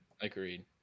agreed